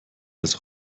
als